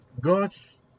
God's